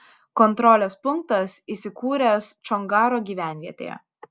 kontrolės punktas įsikūręs čongaro gyvenvietėje